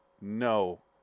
no